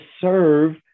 serve